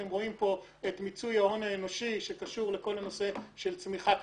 אתם רואים פה את מיצוי ההון האנושי שקשור לכל הנושא של צמיחה כלכלית.